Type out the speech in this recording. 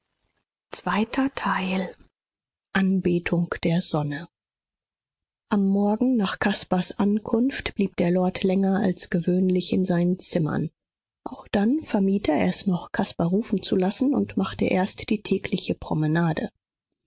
ihren schlaf anbetung der sonne am morgen nach caspars ankunft blieb der lord länger als gewöhnlich in seinen zimmern auch dann vermied er es noch caspar rufen zu lassen und machte erst die tägliche promenade